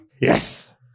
Yes